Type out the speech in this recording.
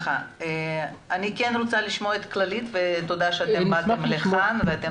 אני רוצה לשמוע מקופת חולים כללית ותודה שבאתם לכאן ואתם